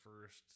first